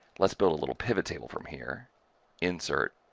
let's build a little pivottable from here insert,